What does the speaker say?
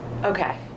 Okay